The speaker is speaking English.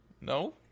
no